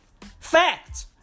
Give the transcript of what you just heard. Fact